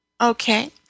Okay